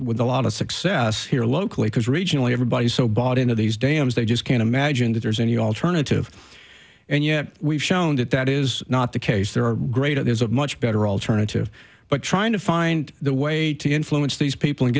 with a lot of success here locally because regionally everybody's so bought into these dams they just can't imagine that there's any alternative and yet we've shown that that is not the case there are great there's a much better alternative but trying to find a way to influence these people and